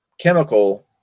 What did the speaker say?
chemical